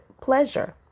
pleasure